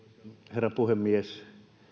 herra puhemies